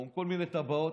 או מכל מיני טבעות,